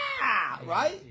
Right